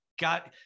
got